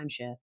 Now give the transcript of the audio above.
timeshare